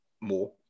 more